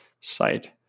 site